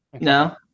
No